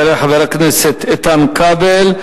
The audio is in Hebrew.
יעלה חבר הכנסת איתן כבל,